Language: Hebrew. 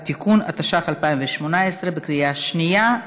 (תיקון), התשע"ח,2018, בקריאה שנייה.